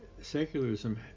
secularism